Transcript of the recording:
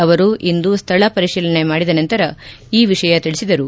ಅವರು ಇಂದು ಸ್ಥಳ ಪರಿಶೀಲನೆ ಮಾಡಿದ ನಂತರ ಈ ವಿಷಯ ತಿಳಿಸಿದರು